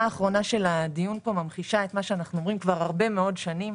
האחרונה של הדיון פה ממחישה את מה שאנחנו אומרים הרבה מאוד שנים,